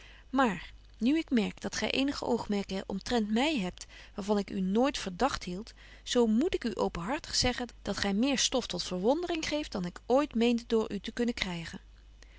maar nu ik merk dat gy eenige oogmerken omtrent my hebt waar van ik u nooit verdagt hield zo moet ik u openhartig zeggen dat gy my meer stof tot verwondering geeft dan ik ooit meende door u te kunnen krygen